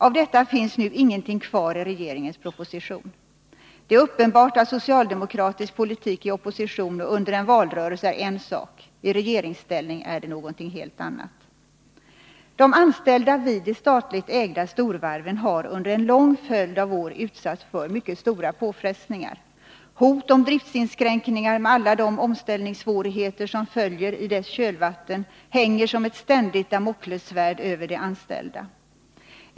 Av detta finns nu ingenting kvar i regeringens proposition. Det är uppenbart att socialdemokratisk politik i opposition och under en valrörelse är en sak. I regeringsställning är den någonting helt annat. De anställda vid de statligt ägda storvarven har under en lång följd av år utsatts för mycket stora påfrestningar. Hot om driftsinskränkningar med alla de omställningssvårigheter som följer i deras kölvatten hänger som ett ständigt damoklessvärd över de anställda.